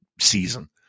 season